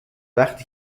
وقتی